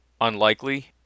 unlikely